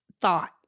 thought